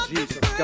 Jesus